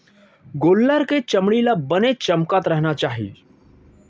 गोल्लर के चमड़ी ल बने चमकत रहना चाही